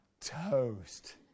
toast